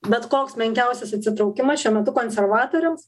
bet koks menkiausias atsitraukimas šiuo metu konservatoriams